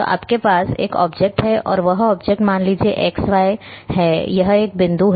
तो आपके पास एक ऑब्जेक्ट है और वह ऑब्जेक्ट मान लीजिए x y है यह एक बिंदु है